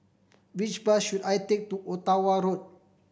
which bus should I take to Ottawa Road